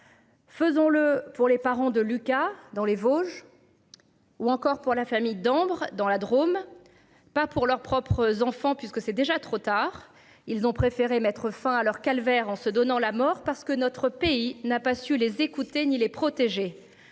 Faisons-le pour les parents de Lucas dans les Vosges. Ou encore pour la famille d'ombre dans la Drôme. Pas pour leurs propres enfants puisque c'est déjà trop tard. Ils ont préféré mettre fin à leur calvaire en se donnant la mort parce que notre pays n'a pas su les écouter. Ni les protéger.